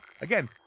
again